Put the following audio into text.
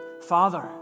Father